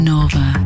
Nova